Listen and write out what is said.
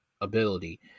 ability